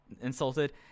insulted